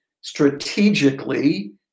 strategically